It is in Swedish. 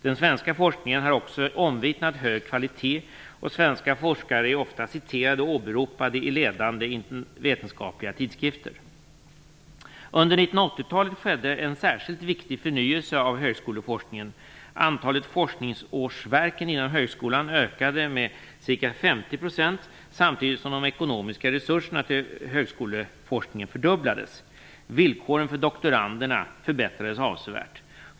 Den svenska forskningen har också omvittnat hög kvalitet, och svenska forskare är ofta citerade och åberopade i ledande vetenskapliga tidskrifter. Under 1980-talet skedde en särskilt viktig förnyelse av högskoleforskningen. Antalet forskningsårsverken inom högskolan ökade med ca 50 %, samtidigt som de ekonomiska resurserna till högskoleforskningen fördubblades. Villkoren för doktoranderna förbättrades avsevärt.